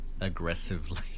aggressively